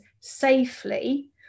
safely